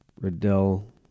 Riddell